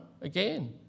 again